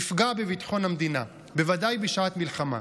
יפגע בביטחון המדינה, בוודאי בשעת מלחמה.